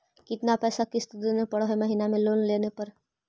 कितना पैसा किस्त देने पड़ है महीना में लोन लेने पर?